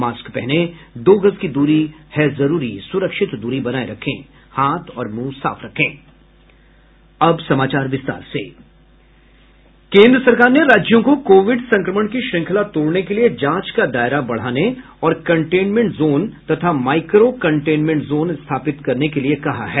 mask पहनें दो गज दूरी है जरूरी सुरक्षित दूरी बनाये रखें हाथ और मुंह साफ रखें केंद्र सरकार ने राज्यों को कोविड संक्रमण की श्रृंखला तोड़ने के लिए जांच का दायरा बढाने और कंटेनमेंट जोन तथा माइक्रो कंटेनमेंट जोन स्थापित करने के लिए कहा है